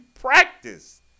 practice